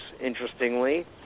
interestingly